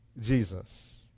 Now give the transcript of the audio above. Jesus